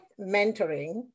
mentoring